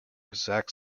zach